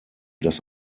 dass